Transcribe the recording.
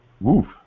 Woof